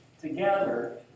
together